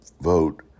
vote